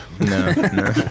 No